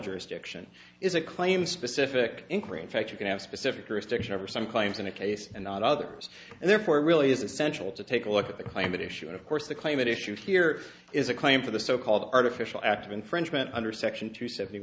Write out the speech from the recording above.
jurisdiction is a claim specific inquiry in fact you can have space stiction over some claims in a case and not others and therefore it really is essential to take a look at the climate issue and of course the climate issue here is a claim for the so called artificial act of infringement under section two seventy